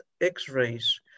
X-rays